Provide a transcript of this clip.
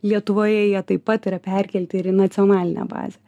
lietuvoje jie taip pat yra perkelti ir į nacionalinę bazę